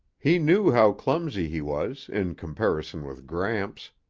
he knew how clumsy he was in comparison with gramps,